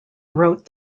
wrote